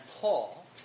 Paul